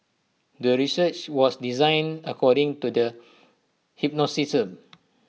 the research was designed according to the hypothesis